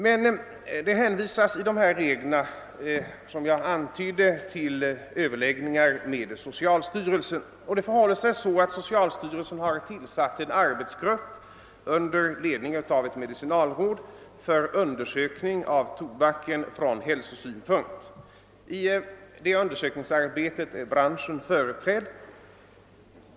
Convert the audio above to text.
I de regler som jag har antytt hän visas till överläggningar med socialstyrelsen. Denna har tillsatt en arbetsgrupp under ledning av ett medicinalråd för undersökning av tobaken från hälsosynpunkt. Branschen är företrädd i detta undersökningsarbete.